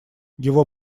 его